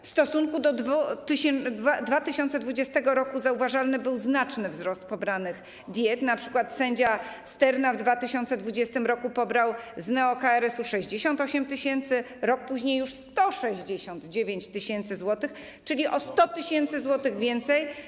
W stosunku do 2020 r. zauważalny był znaczny wzrost pobranych diet, np. sędzia Styrna w 2020 r. pobrał z neo-KRS-u 68 tys., rok później już 169 tys. zł, czyli o 100 tys. zł więcej.